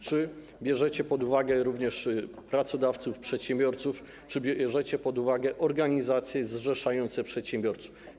Czy bierzecie pod uwagę również pracodawców, przedsiębiorców, czy bierzecie pod uwagę organizacje zrzeszające przedsiębiorców?